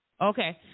Okay